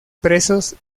presos